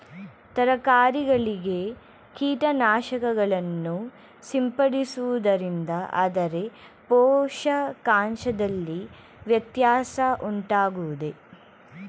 ತರಕಾರಿಗಳಿಗೆ ಕೀಟನಾಶಕಗಳನ್ನು ಸಿಂಪಡಿಸುವುದರಿಂದ ಅದರ ಪೋಷಕಾಂಶದಲ್ಲಿ ವ್ಯತ್ಯಾಸ ಉಂಟಾಗುವುದೇ?